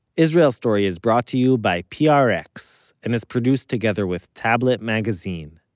israel story is brought to you by prx and is produced together with tablet magazine